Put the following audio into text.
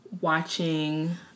watching